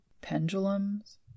pendulums